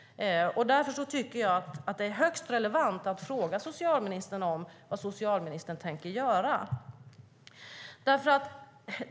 Därför är det högst relevant att fråga socialministern vad han tänker göra.